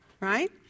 Right